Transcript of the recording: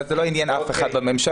אבל זה לא עניין אף אחד בממשלה,